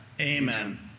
Amen